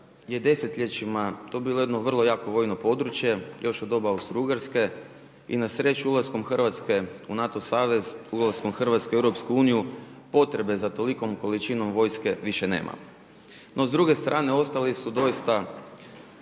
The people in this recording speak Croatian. je desetljećima to bilo jedno vrlo jako vojno područje još od doba Austro-ugarske i na sreću ulaskom Hrvatske u NATO savez, ulaskom Hrvatske u EU potrebe za tolikom količinom vojske više nema. No s druge strane ostali su doista